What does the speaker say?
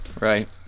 Right